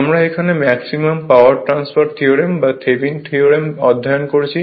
আমরা এখানে maximum power transfer theorem বা থেভনিন থিওরেম Thevenins theorem অধ্যয়ন করেছি